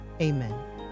Amen